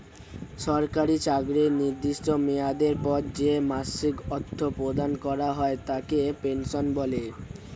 সরকারি চাকরির নির্দিষ্ট মেয়াদের পর যে মাসিক অর্থ প্রদান করা হয় তাকে পেনশন বলে